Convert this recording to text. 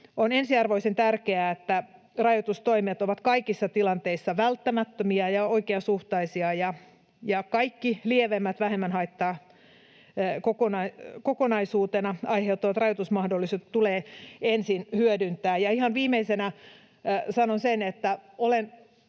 on ensiarvoisen tärkeää, että rajoitustoimet ovat kaikissa tilanteissa välttämättömiä ja oikeasuhtaisia ja että kaikki lievemmät, kokonaisuutena vähemmän haittaa aiheuttavat rajoitusmahdollisuudet tulee ensin hyödyntää. Ja ihan viimeisenä sanon sen, että olen